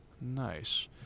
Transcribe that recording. Nice